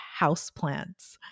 houseplants